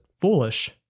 foolish